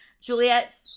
Juliet